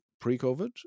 pre-COVID